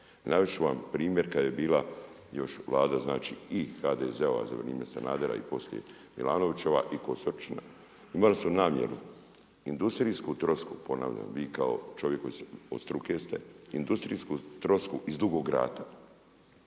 Navest ću vam primjer kad je bila još Vlada, znači i HDZ-ova za vrijeme Sanadera i poslije Milanovićeva i Kosoričina. Imali su namjeru industrijsku trosku ponavljam, vi kao čovjek koji od struke ste industrijsku trosku iz Dugog rata,